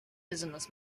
business